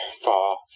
far